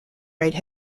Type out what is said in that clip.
rate